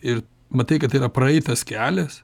ir matai kad tai yra praeitas kelias